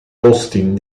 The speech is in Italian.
austin